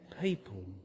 people